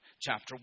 chapter